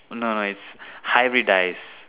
no no it's hybridise